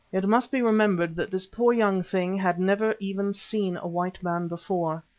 it must be remembered that this poor young thing had never even seen a white man before.